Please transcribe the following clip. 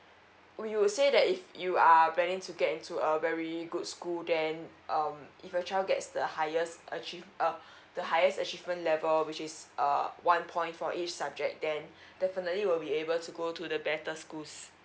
would you say that if you are planning to get into a very good school then um if your child gets the highest achieve uh the highest achievement level which is err one point for each subject then definitely will be able to go to the better schools